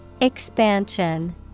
Expansion